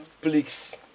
Please